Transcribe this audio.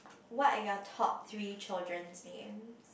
what are your top three children's name